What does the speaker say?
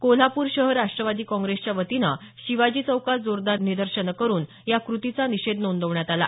कोल्हापूर शहर राष्ट्रवादी काँग्रेसच्या वतीनं शिवाजी चौकात जोरदार निदर्शनं करून या कृतीचा निषेध नोंदवण्यात आला